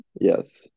Yes